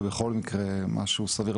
ובכל מקרה משהו סביר,